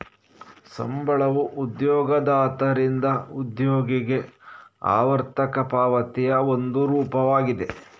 ಸಂಬಳವು ಉದ್ಯೋಗದಾತರಿಂದ ಉದ್ಯೋಗಿಗೆ ಆವರ್ತಕ ಪಾವತಿಯ ಒಂದು ರೂಪವಾಗಿದೆ